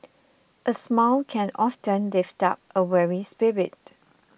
a smile can often lift up a weary spirit